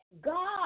God